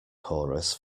chorus